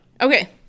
Okay